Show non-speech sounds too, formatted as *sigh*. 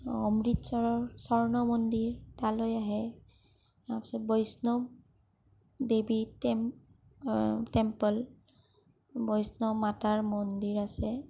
অমৃতচৰৰ স্বৰ্ণ মন্দিৰ তালৈ আহে তাৰ পাছত বৈষ্ণৱ দেৱী *unintelligible* টেম্পল বৈষ্ণৱ মাতাৰ মন্দিৰ আছে